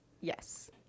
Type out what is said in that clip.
Yes